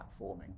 platforming